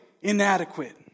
inadequate